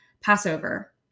Passover